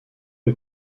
est